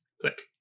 Click